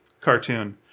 cartoon